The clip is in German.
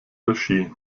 regie